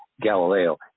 Galileo